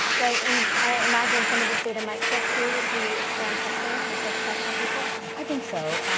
right. and i imagine some of this data might shift too, as we expand testing and start to test more people? i think so.